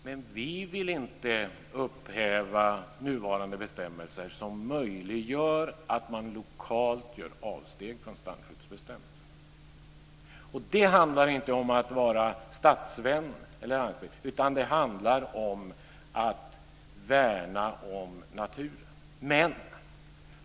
Fru talman! Men vi vill inte upphäva nuvarande bestämmelser, som möjliggör att man lokalt gör avsteg från strandskyddsbestämmelserna. Det handlar inte om att vara stadsvän, utan det handlar om att värna om naturen.